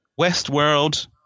Westworld